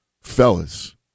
Fellas